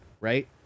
right